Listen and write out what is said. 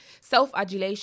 self-adulation